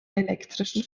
elektrischen